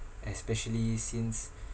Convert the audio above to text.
especially since